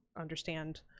understand